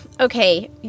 Okay